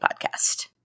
podcast